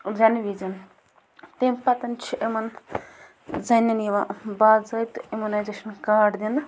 زٮ۪نہِ وِزِ تَمہِ پَتہٕ چھِ یِمن زَنٮ۪ن یِوان باضٲبطہٕ اِمیوٗنَایزیشَن کارڈ دِنہٕ